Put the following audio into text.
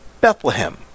Bethlehem